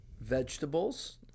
Vegetables